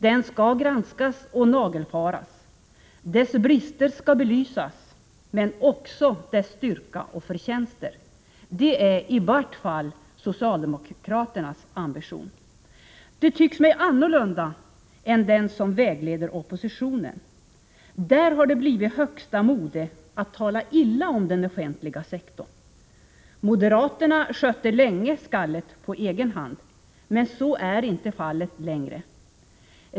Den skall granskas och nagelfaras. Dess brister skall belysas, men också dess styrka och förtjänster. Det är i vart fall socialdemokraternas ambition. Den tycks mig annorlunda än den som vägleder oppositionen. Där har det blivit högsta mode att tala illa om den offentliga sektorn. Moderaterna skötte länge skallet på egen hand. Men så är inte fallet längre.